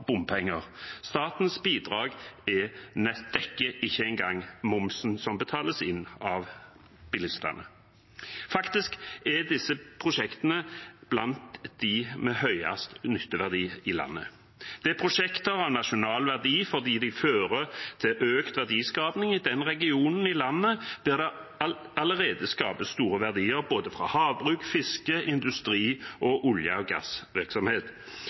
bompenger. Statens bidrag dekker ikke engang momsen som betales inn av bilistene. Faktisk er disse prosjektene blant de med høyest nytteverdi i landet. Det er prosjekter av nasjonal verdi fordi de fører til økt verdiskaping i den regionen i landet der det allerede skapes store verdier, fra både havbruk, fiske, industri og olje- og gassvirksomhet.